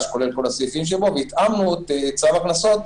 כולל כל הסעיפים שבו והתאמנו את צו הקנסות